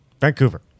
Vancouver